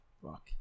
Fuck